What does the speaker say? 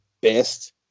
best